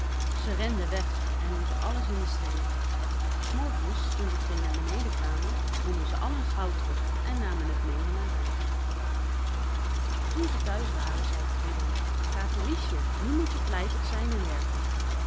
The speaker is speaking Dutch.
ze renden weg en lieten alles in de steek s morgens toen de twee naar beneden kwamen vonden ze al hun goud terug en namen het meê naar huis toen ze thuis waren zei frieder katerliesje nu moet je vlijtig zijn en werken